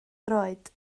droed